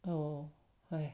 oh hi